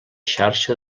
xarxa